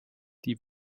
die